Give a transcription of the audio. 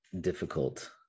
difficult